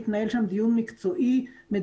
מתנהל שם דיון מקצוע ומדויק.